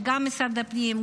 גם של משרד הפנים,